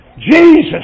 Jesus